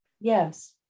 yes